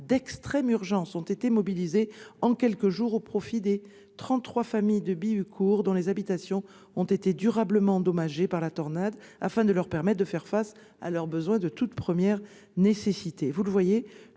d'extrême urgence ont été mobilisés en quelques jours au profit des trente-trois familles de Bihucourt dont les habitations ont été durablement endommagées par la tornade, afin de leur permettre de faire face à leurs besoins de toute première nécessité.